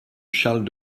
charles